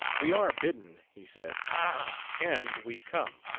we are bidden, he said and we come.